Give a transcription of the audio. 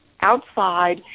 outside